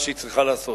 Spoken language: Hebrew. ממה שהיא צריכה לעשות.